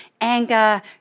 anger